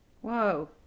Whoa